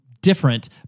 different